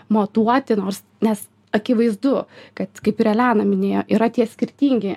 matuoti nors nes akivaizdu kad kaip ir elena minėjo yra tie skirtingi